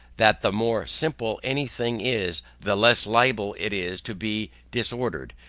that the more simple any thing is, the less liable it is to be disordered,